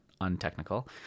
untechnical